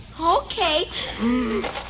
Okay